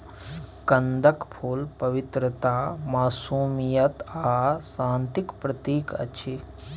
कंदक फुल पवित्रता, मासूमियत आ शांतिक प्रतीक अछि